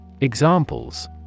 Examples